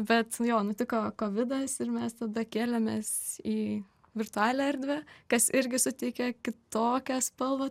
bet jo nutiko kovidas ir mes tada kėlėmės į virtualią erdvę kas irgi suteikia kitokią spalvą